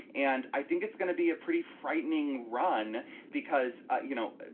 and i think it's gonna be a pretty frightening run because you know,